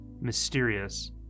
mysterious